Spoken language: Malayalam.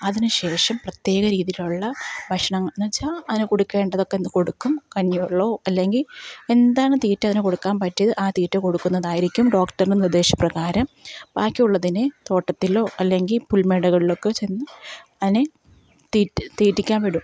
അതിനുശേഷം പ്രത്യേക രീതിയിലുള്ള ഭക്ഷണം എന്നുവച്ചാല് അതിന് കൊടുക്കേണ്ടതെല്ലാം കൊടുക്കും കഞ്ഞിവെള്ളമോ അല്ലെങ്കില് എന്താണ് തീറ്റ അതിന് കൊടുക്കാൻ പറ്റിയത് ആ തീറ്റ കൊടുക്കുന്നതായിരിക്കും ഡോക്ടറിൻ്റെ നിർദ്ദേശപ്രകാരം ബാക്കിയുള്ളതിനെ തോട്ടത്തിലോ അല്ലെങ്കില് പുൽമേടുകൾളൊക്കെച്ചെന്ന് അതിനെ തീറ്റിക്കാൻ വിടും